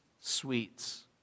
sweets